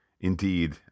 Indeed